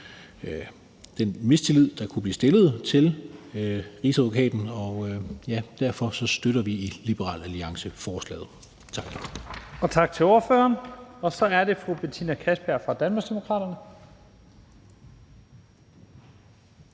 den mistillid, der kunne blive til rigsadvokaten, og derfor støtter vi i Liberal Alliance forslaget. Tak.